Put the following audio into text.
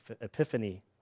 epiphany